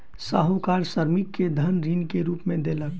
साहूकार श्रमिक के धन ऋण के रूप में देलक